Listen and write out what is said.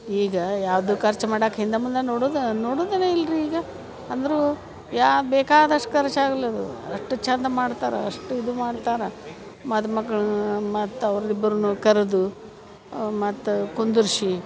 ಈಗ ಯಾವುದೂ ಖರ್ಚು ಮಾಡಕ್ಕೆ ಹಿಂದೆ ಮುಂದೆ ನೋಡುದೇ ನೋಡುದೇನ ಇಲ್ಲ ರಿ ಈಗ ಆದರೂ ಯಾ ಬೇಕಾದಷ್ಟು ಖರ್ಚು ಆಗ್ಲದು ಅಷ್ಟು ಚಂದ ಮಾಡ್ತಾರ ಅಷ್ಟು ಇದು ಮಾಡ್ತಾರ ಮದ್ಮಗ್ಳು ಮತ್ತು ಅವ್ರು ಇಬ್ರನ್ನೂ ಕರೆದು ಮತ್ತು ಕುಂದರ್ಸಿ